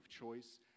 choice